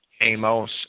Amos